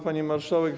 Pani Marszałek!